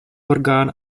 orgán